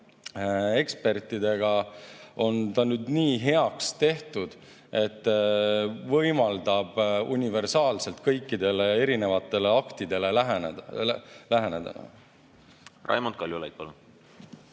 ekspertidega on ta nüüd nii heaks tehtud, et võimaldab universaalselt kõikidele erinevatele aktidele läheneda. Aitäh! Ma saan